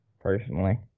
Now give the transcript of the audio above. personally